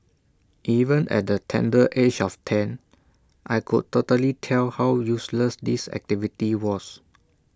even at the tender age of ten I could totally tell how useless this activity was